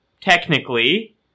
technically